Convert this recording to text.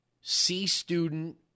C-student